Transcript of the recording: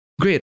great